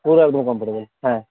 পুরো একদম কমফর্টেবল হ্যাঁ